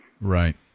Right